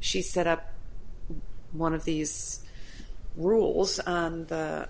she set up one of these rules on the